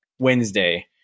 Wednesday